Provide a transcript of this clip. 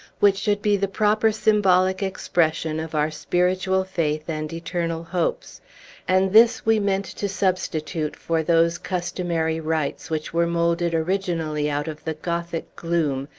which should be the proper symbolic expression of our spiritual faith and eternal hopes and this we meant to substitute for those customary rites which were moulded originally out of the gothic gloom,